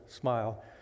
smile